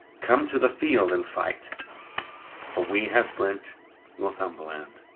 come to the field and fight for we have brente northumberland,